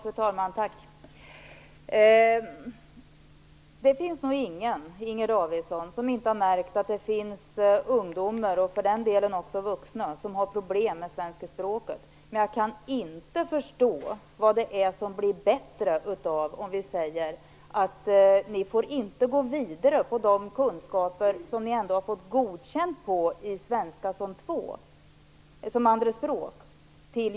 Fru talman! Det finns nog ingen som inte har märkt att det finns ungdomar, och även vuxna, som har problem med det svenska språket, Inger Davidson. Men jag kan inte förstå vad det är som blir bättre av att vi säger att de inte får gå vidare till gymnasiet med de kunskaper som de ändå har fått godkänt på i svenska som andraspråk.